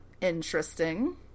Interesting